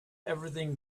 everything